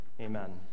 Amen